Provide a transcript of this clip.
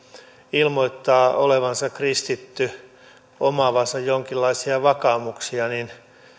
ilmoittaa olevansa kristitty omaavansa jonkinlaisia vakaumuksia niin